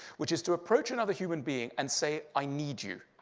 which is to approach another human being and say i need you.